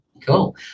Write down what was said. Cool